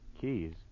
Keys